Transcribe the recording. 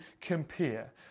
compare